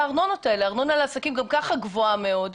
ארנונה לעסקים גם כך גבוהה מאוד.